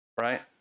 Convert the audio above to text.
right